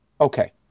Okay